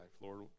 Lord